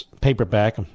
paperback